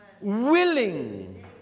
willing